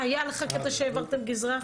היה לך קטע שהעברתם גזרה?